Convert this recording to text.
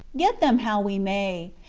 get them how we may.